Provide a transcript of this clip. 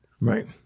Right